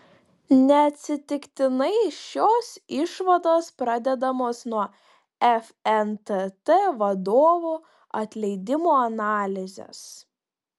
neatsitiktinai šios išvados pradedamos nuo fntt vadovų atleidimo analizės